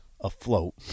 afloat